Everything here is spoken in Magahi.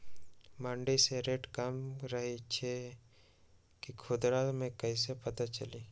मंडी मे रेट कम रही छई कि खुदरा मे कैसे पता चली?